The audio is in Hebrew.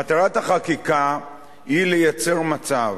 מטרת החקיקה היא לייצר מצב